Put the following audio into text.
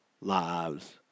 lives